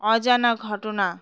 অজানা ঘটনা